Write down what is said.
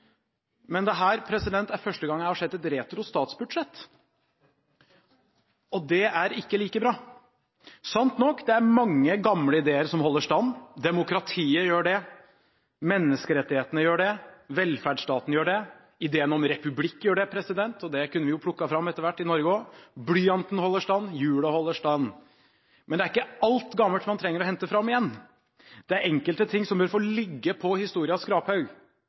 Men dette er første gang jeg har sett et retro-statsbudsjett . Og det er ikke like bra. Sant nok – det er mange gamle ideer som holder stand. Demokratiet gjør det, menneskerettighetene gjør det, velferdsstaten gjør det, ideen om republikk gjør det – og det kunne vi jo plukket fram etter hvert i Norge også – blyanten holder stand og hjulet holder stand. Men det er ikke alt gammelt man trenger å hente fram igjen. Det er enkelte ting som bør få ligge på historiens skraphaug.